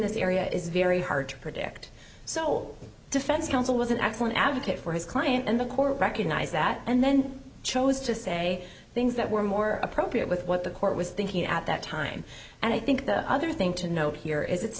this area is very hard to predict so defense counsel was an excellent advocate for his client the court recognized that and then chose to say things that were more appropriate with what the court was thinking at that time and i think the other thing to note here is it's